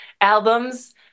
albums